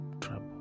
trouble